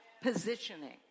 positioning